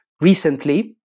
recently